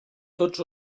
tots